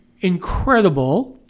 incredible